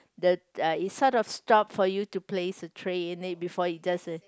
the uh it sort of stop for you to place the tray in it before it does